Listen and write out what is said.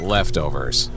Leftovers